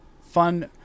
fun